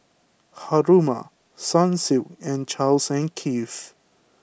Haruma Sunsilk and Charles and Keith